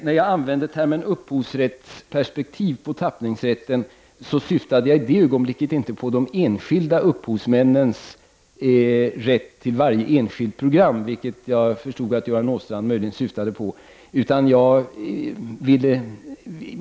När jag använde termen upphovsrättsperspektiv på tappningsrätten syftade jag inte på de enskilda upphovsmännens rätt till varje enskilt program. Jag förstod att Göran Åstrand möjligen syftade på detta.